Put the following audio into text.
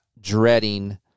dreading